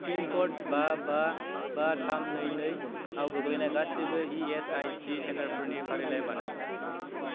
पिनक'ड बा बा बा थाम नै नै आव गोग्लैनाय गासिबो इ एस आइ सि सेन्टारफोरनि फारिलाइ बानाय